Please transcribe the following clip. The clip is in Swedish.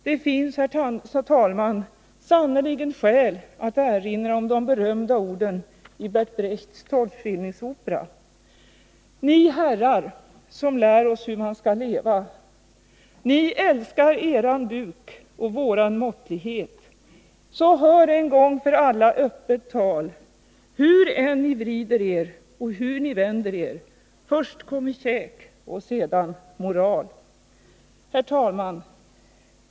Det finns sannerligen skäl att erinra om de berömda orden i Bert Brechts Tolvskillingsopera: ”Ni herrar, som lär oss hur man skall leva ...... Ni älskar eran buk och våran måttlighet så hör en gång för alla öppet tal: Hur än ni vrider er, och hur ni vänder er — först kommer käk och sedan: moral.” Herr talman!